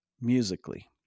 musically